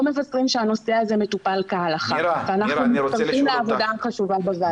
לא מבשרים שהנושא הזה מטופל כהלכה ואנחנו מצטרפים לעבודה החשובה בוועדה.